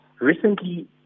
Recently